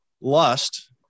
lust